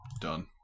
Done